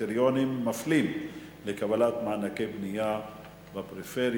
קריטריונים מפלים לקבלת מענקי בנייה בפריפריה.